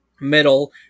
middle